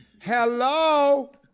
Hello